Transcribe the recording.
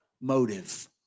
Motive